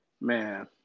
man